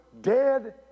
dead